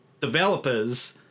developers